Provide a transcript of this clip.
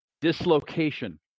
dislocation